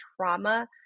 trauma